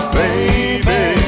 baby